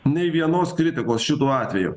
nei vienos kritikos šituo atveju